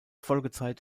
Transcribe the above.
folgezeit